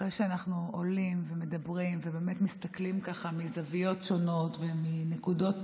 אחרי שאנחנו עולים ומדברים ובאמת מסתכלים מזוויות שונות ומנקודות